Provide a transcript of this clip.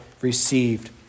received